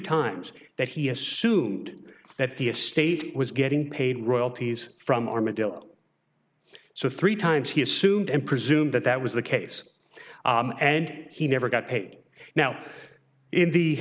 times that he assumed that the estate was getting paid royalties from armadillo so three times he assumed and presumed that that was the case and he never got paid now in the